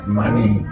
money